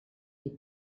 die